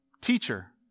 teacher